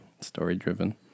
Story-driven